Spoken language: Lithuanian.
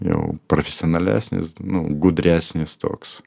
jau profesionalesnis nu gudresnis toks